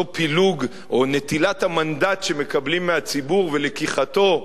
אותו פילוג או נטילת המנדט שמקבלים מהציבור ולקיחתו,